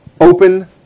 open